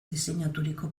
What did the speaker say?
diseinaturiko